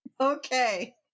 Okay